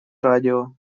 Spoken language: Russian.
радио